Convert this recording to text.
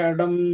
Adam